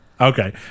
okay